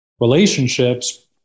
relationships